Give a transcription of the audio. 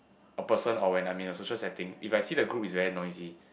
a person or where I am in a social setting if I see a group is very noisy